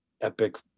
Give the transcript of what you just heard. epic